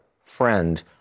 friend